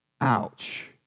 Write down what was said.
Ouch